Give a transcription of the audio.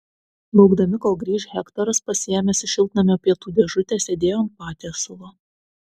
laukdami kol grįš hektoras pasiėmęs iš šiltnamio pietų dėžutę sėdėjo ant patiesalo